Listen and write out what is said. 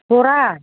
हरा